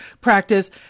practice